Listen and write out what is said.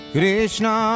Krishna